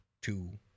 two